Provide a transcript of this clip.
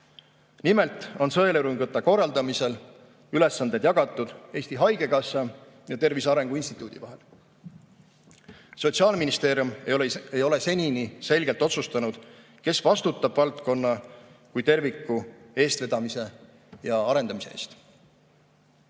Nimelt on sõeluuringute korraldamise ülesanded jagatud Eesti Haigekassa ja Tervise Arengu Instituudi vahel. Sotsiaalministeerium ei ole senini selgelt otsustanud, kes vastutab valdkonna kui terviku eestvedamise ja arendamise eest.